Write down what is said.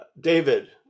David